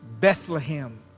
Bethlehem